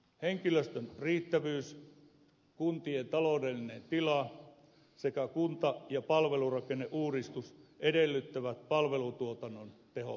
henkilöstön riittävyys kuntien taloudellinen tila sekä kunta ja palvelurakenneuudistus edellyttävät palvelutuotannon tehostamista